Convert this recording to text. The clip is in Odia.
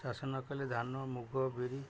ଚାଷ ନକଲେ ଧନମୁଗ ବିରି